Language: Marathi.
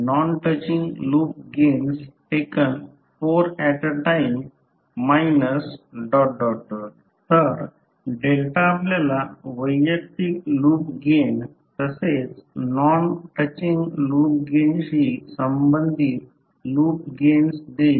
आणि मुच्युअल इंडक्टन्स M21 हा कॉइल 2 चा कॉइल 1 च्या संदर्भात मुच्युअल इंडक्टन्स आहे